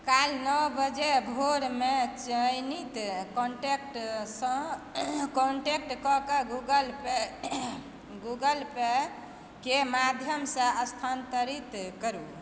काल्हि नओ बजे भोरमे चयनित कॉन्टैक्टसँ कांटेक्ट कए कऽ गूगल पे गूगलपेके माध्यमसँ स्थानांतरित करू